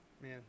man